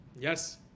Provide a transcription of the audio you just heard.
Yes